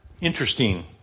Interesting